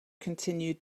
continue